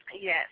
Yes